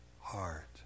heart